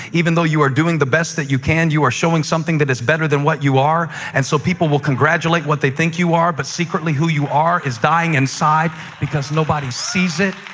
even though you are doing the best you can, you are showing something that is better than what you are. and so people will congratulate what they think you are, but secretly, who you are is dying inside because nobody sees it.